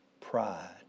Pride